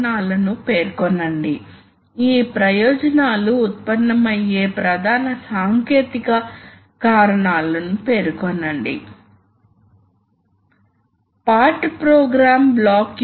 కాబట్టి పిఎల్సి వాస్తవానికి మనకు తెలిసిన మైక్రోప్రాసెసర్ కనుక దీనిని కంట్రోల్ చేయడానికి ఖచ్చితంగా ఉపయోగించవచ్చు